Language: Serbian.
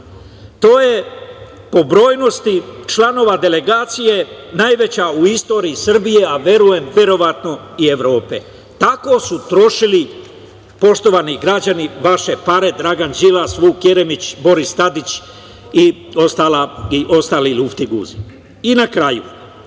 To je po brojnosti članova delegacija najveća u istoriji Srbije, a verujem, verovatno, i Evrope. Tako su trošili, poštovani građani, vaše pare Dragan Đilas, Vuk Jeremić, Boris Tadić i ostali luftiguzi. Na kraju,